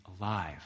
alive